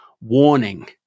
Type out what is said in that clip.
warning